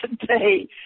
today